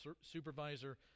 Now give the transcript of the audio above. supervisor